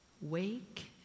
wake